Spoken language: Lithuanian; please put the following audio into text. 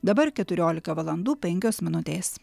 dabar keturiolika valandų penkios minutės